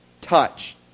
touch